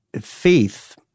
faith